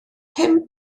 pum